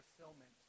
fulfillment